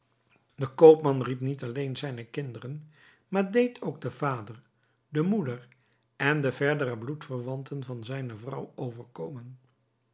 de koopman riep niet alleen zijne kinderen maar deed ook den vader de moeder en de verdere bloedverwanten van zijne vrouw overkomen